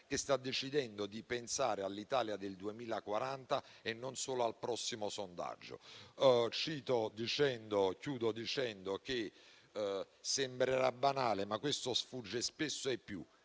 che stanno decidendo di pensare all'Italia del 2040 e non solo al prossimo sondaggio. Concludo dicendo una cosa, che sembrerà banale, ma che sfugge spesso ai più: